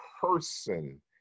person